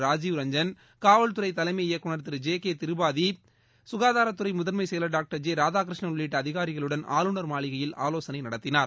ராஜீவ்ரஞ்சன் காவல்துறை தலைமை இயக்குநர் திரு ஜே கே திரிபாதி சுகாதாரத்துறை முதன்மைச் செயலர் டாக்டர் ஜெ ராதாகிருஷ்ணன் உள்ளிட்ட அதிகாரிகளுடன் ஆளுநர் மாளிகையில் ஆலோசனை நடத்தினார்